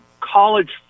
college